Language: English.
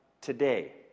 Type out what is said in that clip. today